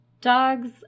Dogs